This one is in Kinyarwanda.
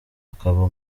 akaba